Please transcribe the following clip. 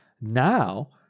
Now